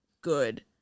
good